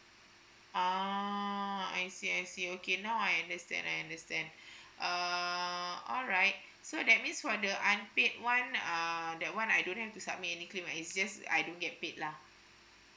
uh I see I see okay now i understand I understand err alright so that means for the unpaid one uh that one I don't have to submit any claim is just I don't get paid lah